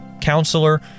counselor